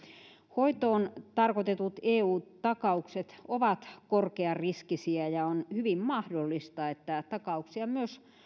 hoitoon tarkoitetut eu takaukset ovat korkeariskisiä ja on hyvin mahdollista että takauksia myös